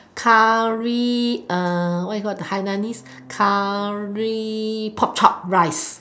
curry uh what you call hainanese curry pork chop rice